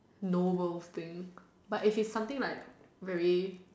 nobel thing but if it's some thing like very